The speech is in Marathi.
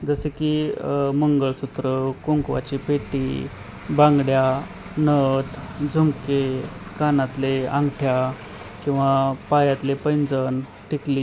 जसे की मंगळसूत्र कुंकवाची पेटी बांगड्या नथ झुमके कानातले अंगठ्या किंवा पायातले पैंजण टिकली